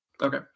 Okay